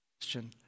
question